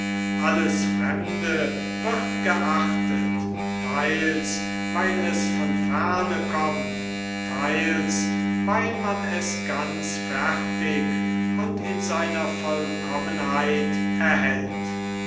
alles fremde wird geachtet theils weil es von ferne kommt theils weil man es ganz fertig und in seiner vollkommenheit erhält